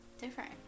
different